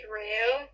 real